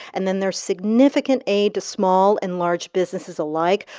and then there's significant aid to small and large businesses alike.